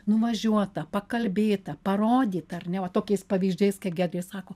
nuvažiuota pakalbėta parodyta ar ne o tokiais pavyzdžiais kai giedrė sako